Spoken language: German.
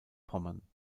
pommern